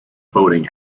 boating